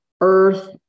earth